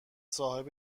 صاحب